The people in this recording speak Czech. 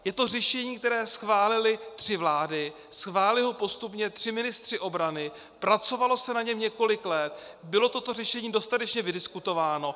Je to řešení, které schválily tři vlády, schválili ho postupně tři ministři obrany, pracovalo se na něm několik let, toto řešení bylo dostatečně vydiskutováno.